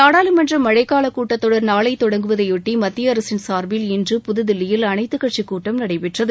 நாடாளுமன்ற மழைக் காலக் கூட்டத் தொடர் நாளை தொடங்குவதை பொட்டி மத்திய அரசின் சார்பில் இன்று புதுதில்லியில் அனைத்துக் கட்சிக் கூட்டம் நடைபெற்றது